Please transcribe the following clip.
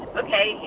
okay